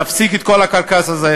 תפסיק את כל הקרקס הזה,